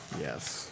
Yes